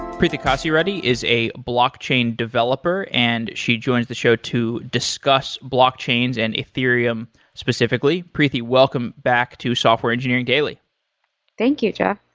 preethi kasireddy is a blockchain developer and she joins the show to discuss blockchains and ethereum specifically. preethi, welcome back to software engineering daily thank you, jeff.